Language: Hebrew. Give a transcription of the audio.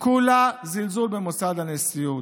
כולה זלזול במוסד הנשיאות.